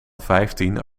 vijftien